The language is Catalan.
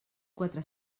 quatre